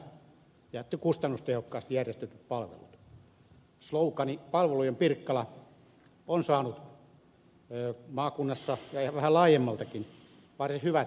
slogan palvelujen pirkkala on saanut maakunnassa ja vähän laajemmaltikin varsin hyvät arvosanat